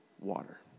Water